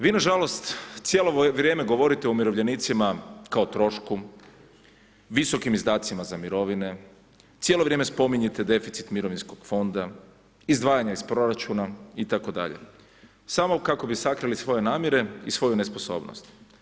Vi nažalost cijelo vrijeme govorite o umirovljenicima kao trošku, visokim izdacima za mirovine, cijelo vrijeme spominjete deficit mirovinskog fonda, izdvajanje iz proračuna itd. samo kako bi sakrili svoje namjere i svoju nesposobnost.